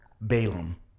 Balaam